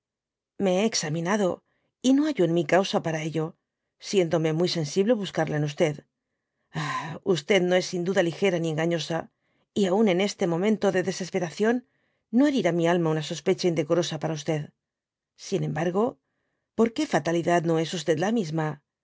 me hé examinado y no hallo en mi causa para ello siéndome muy sensible buscarla en ah no es sin duda ligera ni engañosa y aun en este momento de desesperación no herirá mi alma una sospecha indecorosa para sin embo por qué fatalidad no es la misma